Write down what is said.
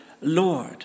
Lord